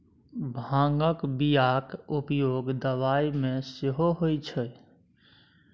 भांगक बियाक उपयोग दबाई मे सेहो होए छै